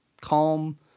calm